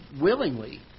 willingly